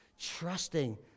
trusting